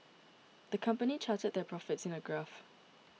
the company charted their profits in a graph